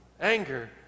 anger